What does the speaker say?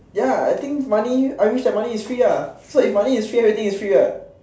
ya I think money I wish that money is free ah so if money is free everything is free what